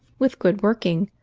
with good working,